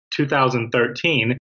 2013